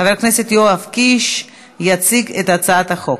חבר הכנסת יואב קיש יציג את הצעת החוק.